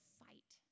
fight